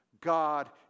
God